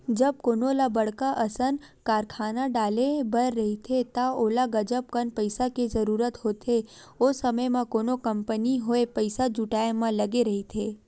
जब कोनो ल बड़का असन कारखाना डाले बर रहिथे त ओला गजब कन पइसा के जरूरत होथे, ओ समे म कोनो कंपनी होय पइसा जुटाय म लगे रहिथे